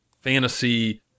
fantasy